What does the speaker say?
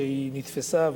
שנתפסה,